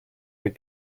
mit